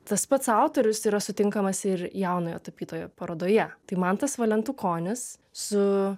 tas pats autorius yra sutinkamas ir jaunojo tapytojo parodoje tai mantas valentukonis su